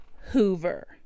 Hoover